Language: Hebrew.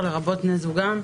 לרבות בני זוגם.